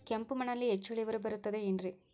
ಕೆಂಪು ಮಣ್ಣಲ್ಲಿ ಹೆಚ್ಚು ಇಳುವರಿ ಬರುತ್ತದೆ ಏನ್ರಿ?